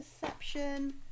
Perception